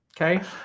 okay